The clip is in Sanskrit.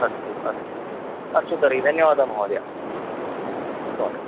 अस्तु अस्तु अस्तु तर्हि धन्यवादः महोदय ह्म् स्वागतं